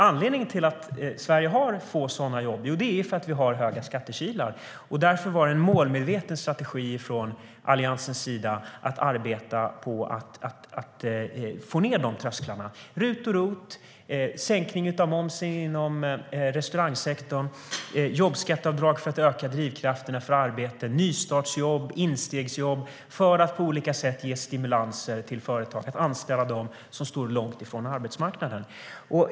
Anledningen till att Sverige har få sådana jobb är att vi har höga skattekilar. Därför var det en målmedveten strategi från Alliansens sida att arbeta på att få ned de trösklarna. Det var RUT och ROT, sänkning av momsen inom restaurangsektorn, jobbskatteavdrag för att öka drivkrafterna till arbete, nystartsjobb och instegsjobb för att på olika sätt ge stimulanser till företag att anställa dem som stod långt ifrån arbetsmarknaden.